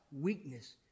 weakness